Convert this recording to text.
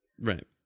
Right